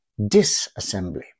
disassembly